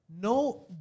No